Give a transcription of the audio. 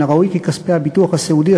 מן הראוי כי כספי הביטוח הסיעודי,